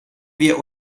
wir